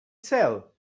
tell